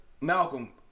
Malcolm